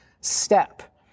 step